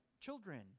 children